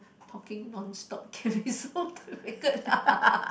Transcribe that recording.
talking non stop can be so difficult